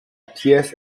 pièce